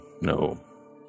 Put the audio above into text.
no